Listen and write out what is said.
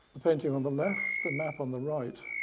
the painting on the left, the map on the right,